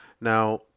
Now